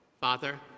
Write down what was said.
Father